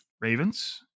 Ravens